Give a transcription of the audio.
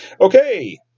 Okay